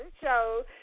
show